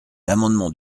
l’amendement